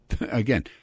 again